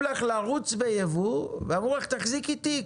לך לרוץ בייבוא ואמרו לך: תחזיקי תיק.